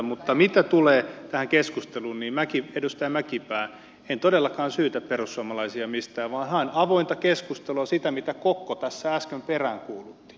mutta mitä tulee tähän keskusteluun edustaja mäkipää en todellakaan syytä perussuomalaisia mistään vaan haen avointa keskustelua sitä mitä kokko tässä äsken peräänkuulutti